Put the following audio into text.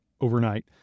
overnight